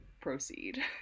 proceed